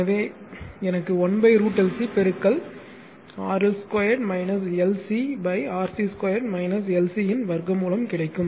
எனவே எனக்கு 1 √LC பெருக்கல் RL 2 LC RC 2 LC ன் வர்க்கமூலம் கிடைக்கும்